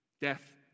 death